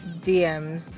DMs